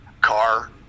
car